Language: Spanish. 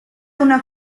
una